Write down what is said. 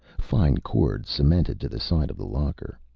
fine cords cemented to the side of the locker.